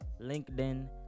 linkedin